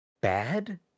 bad